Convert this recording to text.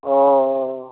अ